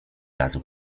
razu